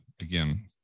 again